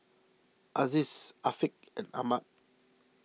Aziz Afiq and Ahmad